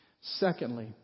Secondly